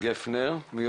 חתונה זה אירוע